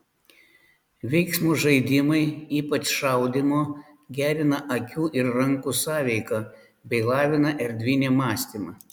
veiksmo žaidimai ypač šaudymo gerina akių ir rankų sąveiką bei lavina erdvinį mąstymą